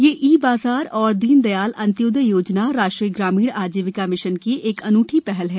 यह ई बाजार और दीन दयाल अंत्योदय योजना राष्ट्रीय ग्रामीण आजीविका मिशन की एक अनूठी पहल है